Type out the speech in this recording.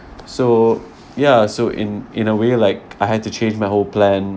so ya so in in a way like I had to change my whole plan